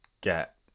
get